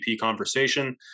conversation